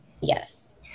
Yes